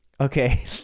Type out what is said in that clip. okay